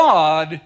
God